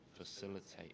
facilitate